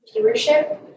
viewership